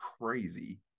crazy